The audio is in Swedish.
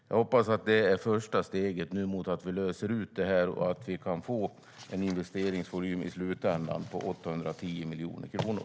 Jag hoppas att detta är första steget mot att lösa ut detta och att vi kan få en investeringsvolym i slutändan på 810 miljoner kronor.